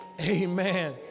Amen